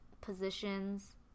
positions